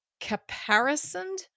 caparisoned